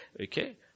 okay